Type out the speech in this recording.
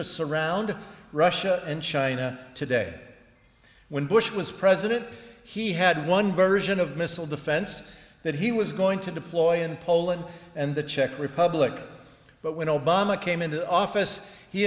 surround russia and china today when bush was president he had one version of missile defense that he was going to deploy in poland and the czech republic but when obama came into office he